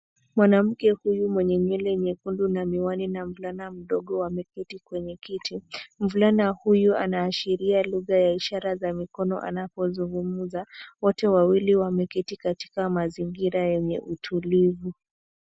Mwanamke huyu mwenye nywele nyekundu na miwani na mvulana mdogo wameketi kwenye kiti. Mvulana huyu anaashiria lugha ya ishara za mikono anapozungumza. Wote wawili wameketi katika mazingira yenye utulivu.